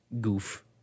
goof